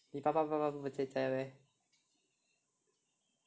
你爸爸妈妈不在家 meh